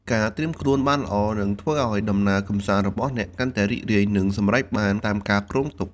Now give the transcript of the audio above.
ការត្រៀមខ្លួនបានល្អនឹងធ្វើឲ្យដំណើរកម្សាន្តរបស់អ្នកកាន់តែរីករាយ និងសម្រេចបានតាមការគ្រោងទុក។